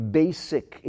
basic